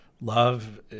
love